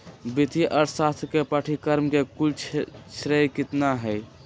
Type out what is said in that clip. वित्तीय अर्थशास्त्र के पाठ्यक्रम के कुल श्रेय कितना हई?